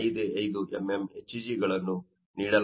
55mm Hg ಗಳನ್ನು ನೀಡಲಾಗಿದೆ